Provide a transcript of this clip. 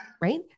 right